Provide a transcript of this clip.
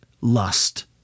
lust